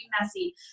messy